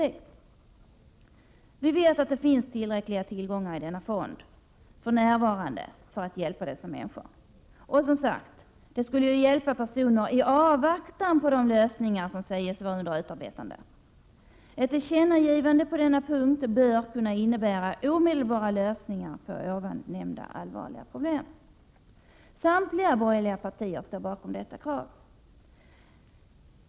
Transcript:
Vi vet att det för närvarande finns tillräckliga tillgångar i denna fond för att hjälpa dessa människor. Och, som sagt, det skall ju hjälpa personer i avvaktan på de lösningar som sägs vara under utarbetande. Ett tillkännagivande på denna punkt bör kunna innebära omedelbara lösningar på dessa allvarliga problem. Samtliga borgerliga partier står bakom detta krav.